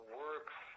works